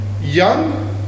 young